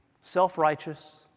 self-righteous